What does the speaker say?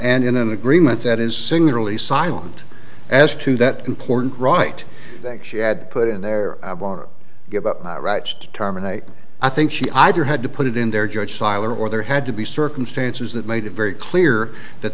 and in an agreement that is singularly silent as to that important right thanks she had put in there i want to give up my right to terminate i think she either had to put it in there judge siler or there had to be circumstances that made it very clear that